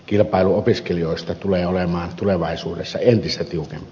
kilpailu opiskelijoista tulee olemaan tulevaisuudessa entistä tiukempaa